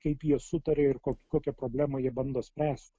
kaip jie sutarė ir kokia kokią problemą jie bando spręsti